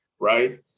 Right